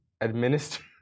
administer